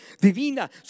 divina